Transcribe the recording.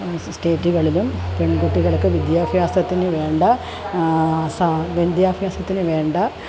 സ്റ്റേറ്റുകളിലും പെൺകുട്ടികൾക്ക് വിദ്യാഭ്യാസത്തിന് വേണ്ട ഫ വിദ്യാഭ്യാസത്തിനു വേണ്ട